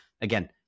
again